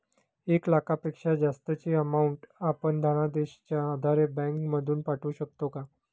एक लाखापेक्षा जास्तची अमाउंट आपण धनादेशच्या आधारे बँक मधून पाठवू शकतो का?